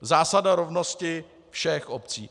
Zásada rovnosti všech obcí.